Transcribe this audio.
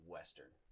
Western